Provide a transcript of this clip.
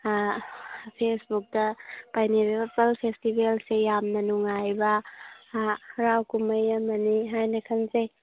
ꯐꯦꯁꯕꯨꯛꯇ ꯄꯥꯏꯅꯦꯄꯜ ꯐꯦꯁꯇꯤꯕꯦꯜꯁꯦ ꯌꯥꯝꯅ ꯅꯨꯡꯉꯥꯏꯕ ꯍꯥꯔꯥꯎ ꯀꯨꯝꯍꯩ ꯑꯃꯅꯤ ꯍꯥꯏꯅ ꯈꯡꯖꯩ